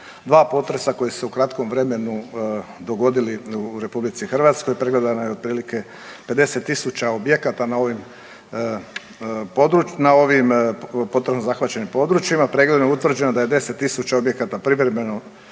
dva potresa koji su se u kratkom vremenu dogodili u RH pregledano je otprilike 50% objekata na ovim potresom pogođenim područjima. Pregledom je utvrđeno da je 10 tisuća objekata privremeno